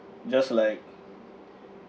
just like